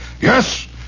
yes